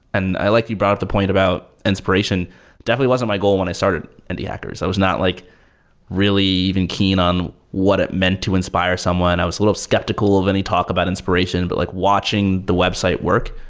and i like you brought up the point about inspiration. it definitely wasn't my goal when i started indie hackers. i was not like really even keen on what it meant to inspire someone. i was little skeptical of any talk about inspiration, but like watching the website work,